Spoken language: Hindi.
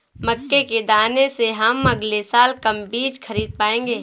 मक्के के दाने से हम अगले साल कम बीज खरीद पाएंगे